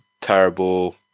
terrible